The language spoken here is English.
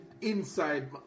inside